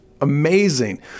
amazing